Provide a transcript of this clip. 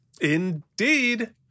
Indeed